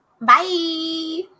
Bye